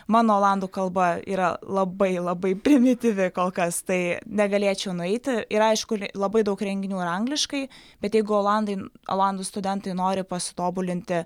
mano olandų kalba yra labai labai primityvi kol kas tai negalėčiau nueiti ir aišku le labai daug renginių yra angliškai bet jeigu olandai olandų studentai nori pasitobulinti